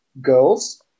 girls